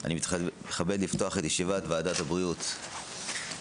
אני מתכבד לפתוח את ישיבת ועדת הבריאות בנושא